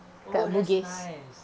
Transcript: oh that's nice